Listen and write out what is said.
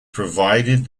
provided